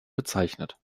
bezeichnet